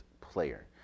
player